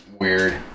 Weird